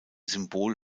symbol